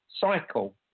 cycle